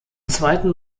zweiten